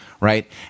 right